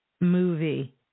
movie